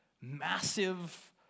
massive